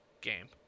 game